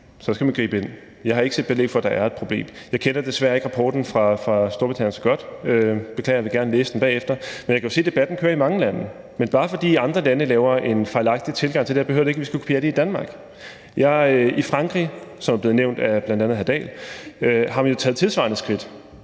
skal man gribe ind. Jeg har ikke set belæg for, at der er et problem. Jeg kender desværre ikke rapporten fra Storbritannien så godt – beklager, jeg vil gerne læse den bagefter. Men jeg kan jo se, at debatten kører i mange lande. Men bare fordi andre lande laver en fejlagtig tilgang til det her, betyder det ikke, at vi skal kopiere det i Danmark. I Frankrig, som er blevet nævnt af bl.a. hr. Henrik Dahl, har man jo taget tilsvarende skridt.